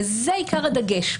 וזה עיקר הדגש.